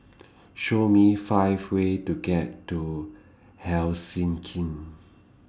Show Me five ways to get to Helsinki